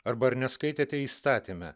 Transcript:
arba ar neskaitėte įstatyme